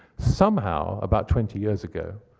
somehow, about twenty years ago,